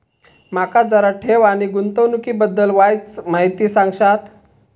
माका जरा ठेव आणि गुंतवणूकी बद्दल वायचं माहिती सांगशात?